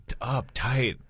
uptight